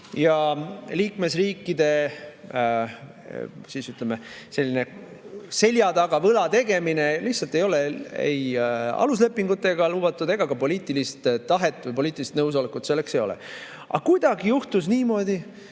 ja liikmesriikide seljataga võla võtmine ei ole aluslepingutega lubatud ja ka poliitilist tahet või poliitilist nõusolekut selleks ei ole. Aga kuidagi juhtus niimoodi